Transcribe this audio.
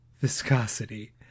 viscosity